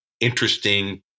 interesting